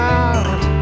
out